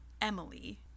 emily